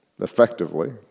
effectively